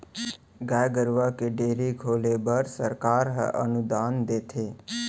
गाय गरूवा के डेयरी खोले बर सरकार ह अनुदान देथे